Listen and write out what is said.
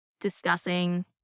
discussing